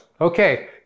Okay